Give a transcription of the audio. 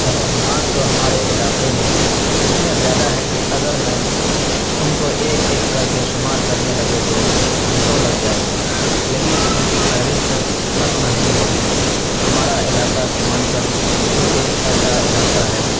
توہمات تو ہمارے علاقے میں اتنے زیادہ ہے کہ اگر میں ان کو ایک ایک کر کے شمار کرنے لگے تو گھنٹوں لگ جائیں گے لیکن ان کی فہرست ختم نہیں ہوگی ہمارا علاقہ سمانچل چونکہ ایک ایسا علاقہ ہے